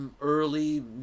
early